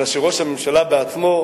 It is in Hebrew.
אלא שראש הממשלה בעצמו,